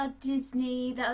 disney